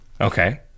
Okay